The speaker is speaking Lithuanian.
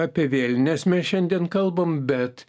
apie vėlines mes šiandien kalbam bet